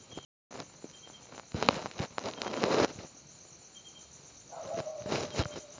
retail बॅन्केतल्यानी वैयक्तिक कर्जाची महिती देऊक उच्च शिक्षित लोक कामावर ठेवले हत